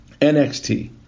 NXT